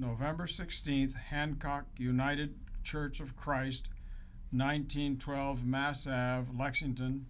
november sixteenth hancock united church of christ nineteen twelve mass and lexington